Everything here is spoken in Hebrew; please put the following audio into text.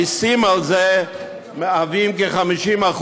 המסים על זה מהווים כ-50%.